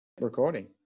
Recording